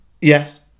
Yes